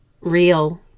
real